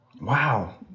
Wow